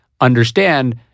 understand